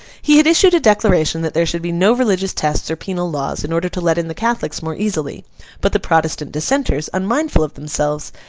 he had issued a declaration that there should be no religious tests or penal laws, in order to let in the catholics more easily but the protestant dissenters, unmindful of themselves,